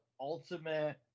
ultimate